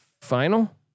final